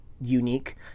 unique